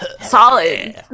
solid